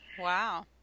Wow